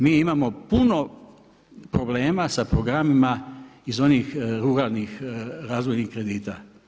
Mi imamo puno problema sa programima iz onih ruralnih razvojnih kredita.